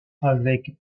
avec